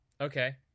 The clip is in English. Okay